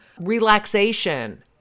relaxation